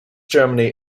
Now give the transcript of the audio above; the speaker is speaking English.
germany